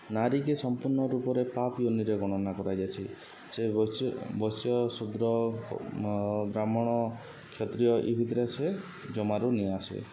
ନାରୀକେ ସମ୍ପୂର୍ଣ୍ଣ ରୂପରେ ପାପ ୟନିରେ ଗଣନା କରାଯାଏସି ସେ ବୈଶ୍ୟ ଶୂଦ୍ର ବ୍ରାହ୍ମଣ କ୍ଷତ୍ରିୟ ଇ ଭିତ୍ରେ ସେ ଜମାରୁ ନେଇଆସେ